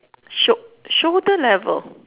sho~ shoulder level